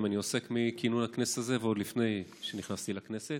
אני עוסק מכינון הכנסת הזאת ועוד לפני שנכנסתי לכנסת.